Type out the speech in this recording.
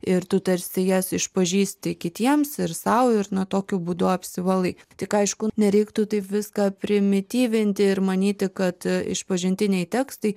ir tu tarsi jas išpažįsti kitiems ir sau ir na tokiu būdu apsivalai tik aišku nereiktų taip viską primityvinti ir manyti kad išpažintiniai tekstai